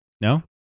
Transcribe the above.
No